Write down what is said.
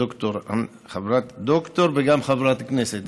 דוקטור וגם חברת כנסת,